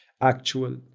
actual